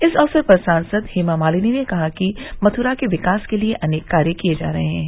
इस अवसर पर सांसद हेमामालिनी ने कहा कि मथुरा के विकास के लिए अनेक कार्य किये जा रहे हैं